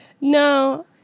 No